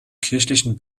kirchlichen